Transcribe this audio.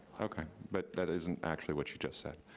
okay, but that isn't actually what you just said.